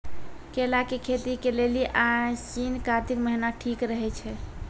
केला के खेती के लेली आसिन कातिक महीना ठीक रहै छै